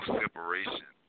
separation